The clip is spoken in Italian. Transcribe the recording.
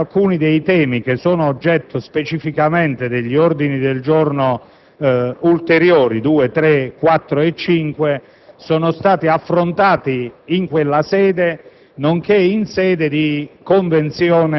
Anche alcuni dei temi che sono oggetto specificamente degli ordini del giorno ulteriori G2, G3, G4 e G5 sono stati affrontati in quella sede, nonché in sede di